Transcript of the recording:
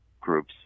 groups